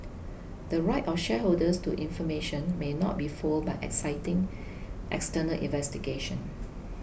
the right of shareholders to information may not be foiled by citing external investigations